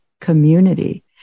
community